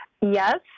Yes